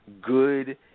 good